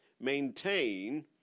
maintain